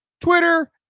twitter